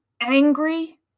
angry